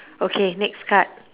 okay next card